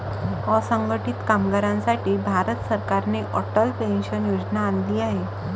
असंघटित कामगारांसाठी भारत सरकारने अटल पेन्शन योजना आणली आहे